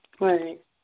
Right